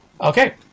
okay